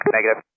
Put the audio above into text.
Negative